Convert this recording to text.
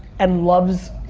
and loves,